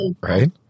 Right